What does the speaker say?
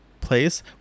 place